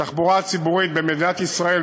התחבורה הציבורית במדינת ישראל,